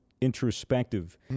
introspective